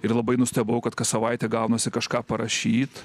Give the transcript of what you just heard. ir labai nustebau kad kas savaitę gaunasi kažką parašyt